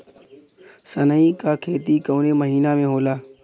सनई का खेती कवने महीना में होला?